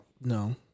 No